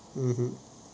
mm